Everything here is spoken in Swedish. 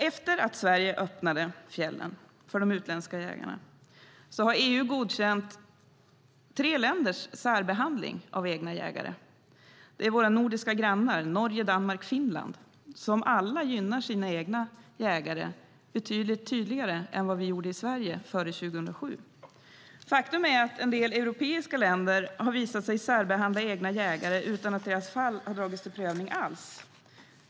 Efter det att Sverige öppnade fjällen för de utländska jägarna har EU godkänt tre länders särbehandling av egna jägare. Det är våra nordiska grannar Norge, Danmark och Finland, som alla gynnar sina egna jägare betydligt tydligare än vad vi gjorde i Sverige före 2007. Faktum är att en del europeiska länder har visat sig särbehandla egna jägare utan att deras fall alls dragits till prövning.